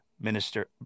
minister